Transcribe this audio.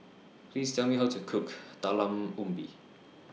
Please Tell Me How to Cook Talam Ubi